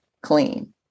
clean